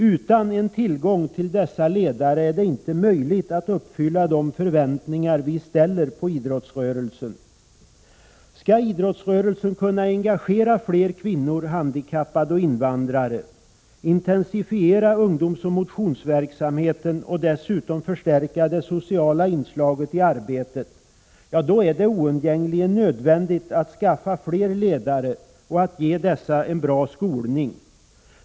Utan tillgång till dessa ledare är det inte möjligt för idrottsrörelsen att uppfylla de förväntningar vi ställer på den. invandrare, intensifiera ungdomsoch motionsverksamheten och dessutom förstärka det sociala inslaget i arbetet, är det oundgängligen nödvändigt både att skaffa fler ledare och att ge dessa en bra skolning.